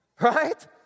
Right